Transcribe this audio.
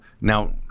now-